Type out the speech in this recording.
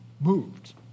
moved